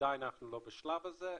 עדיין אנחנו לא בשלב הזה.